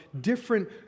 different